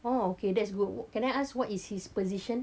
oh okay that's good can I ask what is his position